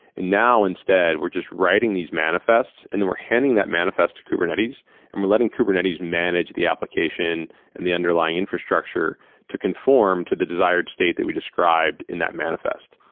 and now, instead, we're just writing these manifests and then we're handing that manifest to kubernetes and we're letting kubernetes manage the application and the underlying infrastructure to conform to the desired state that we described in that manifest.